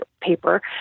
paper